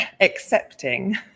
accepting